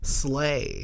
slay